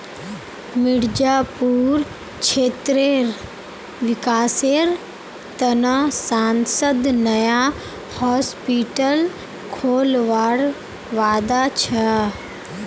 मिर्जापुर क्षेत्रेर विकासेर त न सांसद नया हॉस्पिटल खोलवार वादा छ